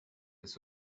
this